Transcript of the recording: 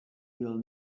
will